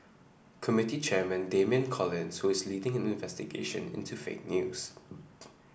committee chairman Damian Collins who is leading an investigation into fake news